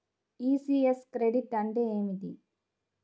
ECS credit అంటే ఏమిటి?